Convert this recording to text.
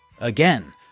Again